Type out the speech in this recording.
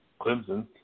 Clemson